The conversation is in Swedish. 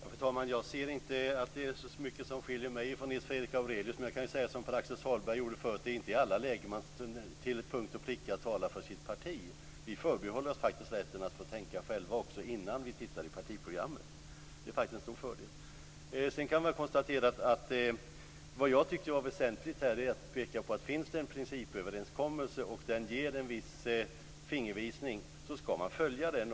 Fru talman! Jag ser inte att det är så mycket som skiljer mellan mig och Nils Fredrik Aurelius. Jag säger som Pär Axel Sahlberg sade förut: Det är inte i alla lägen som man talar för sitt parti till punkt och pricka. Vi förbehåller oss rätten att tänka själva innan vi tittar i partiprogrammet. Det är en stor fördel. Om det finns en principöverenskommelse som ger en fingervisning, skall man följa den.